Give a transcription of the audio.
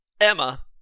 Emma